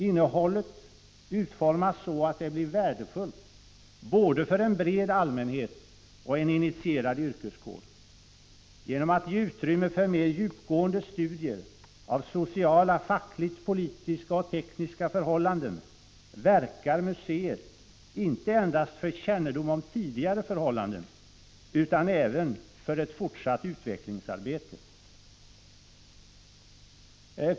Innehållet utformas så att det blir värdefullt både för en bred allmänhet och för en initierad yrkeskår. Genom att ge utrymme för mer djupgående studier av sociala, fackligt politiska och tekniska förhållanden verkar museet inte endast för kännedom om tidigare förhållanden utan även för ett fortsatt utvecklingsarbete.